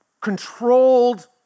controlled